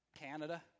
Canada